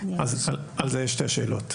הנציג בוועדת ההשגות,